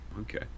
Okay